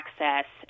access